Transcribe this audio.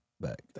back